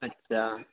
اچھا